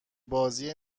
بازی